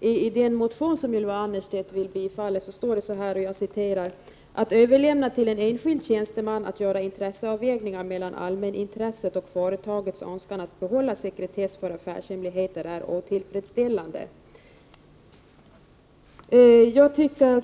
I den motion som Ylva Annerstedt också yrkar bifall till står det: ”Att fritt överlämna till en enskild tjänsteman att göra intresseavvägningen mellan allmänintresset och företagets önskan att behålla sekretess för affärshemligheter är otillfredsställande ———.” Jag tycker